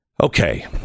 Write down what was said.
Okay